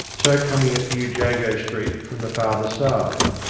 so coming at new jago street from the farther side.